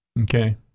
okay